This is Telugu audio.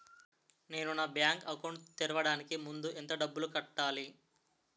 నేను నా బ్యాంక్ అకౌంట్ తెరవడానికి ముందు ఎంత డబ్బులు కట్టాలి?